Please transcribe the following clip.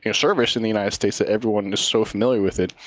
you know service in the united states, ah everyone and is so familiar with it.